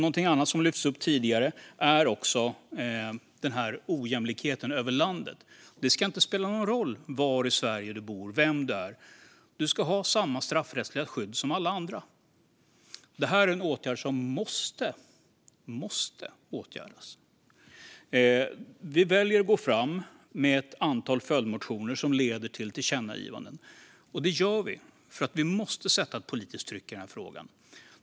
Något annat, som lyftes upp tidigare, är ojämlikheten över landet. Det ska inte spela någon roll var i landet du bor eller vem du är. Alla ska ha samma straffrättsliga skydd. Detta måste åtgärdas. Vi väljer att gå fram med ett antal följdmotioner som leder till tillkännagivanden. Vi gör detta för att vi måste sätta ett politiskt tryck i denna fråga.